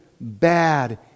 bad